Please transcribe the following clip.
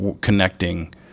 connecting